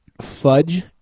Fudge